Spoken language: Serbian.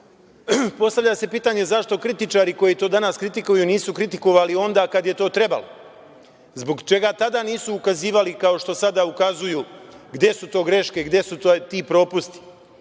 pokrenuli. Postavlja se pitanje zašto kritičari koji to danas kritikuju nisu kritikovali onda kada je to trebalo. Zbog čega tada nisu ukazivali, kao što sada ukazuju gde su te greške, gde su ti propusti?